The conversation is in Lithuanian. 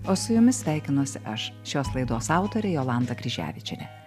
o su jumis sveikinuosi aš šios laidos autorė jolanta kryževičienė